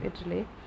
Italy